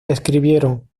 escribieron